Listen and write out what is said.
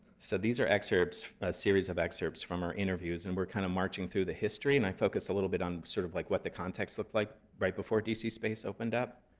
so these are excerpts, a series of excerpts from our interviews. and we're kind of marching through the history, and i focus a little bit on sort of like what the context looked like right before d c. space opened up.